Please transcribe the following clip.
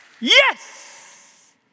yes